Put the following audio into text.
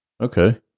Okay